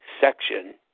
section